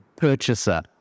purchaser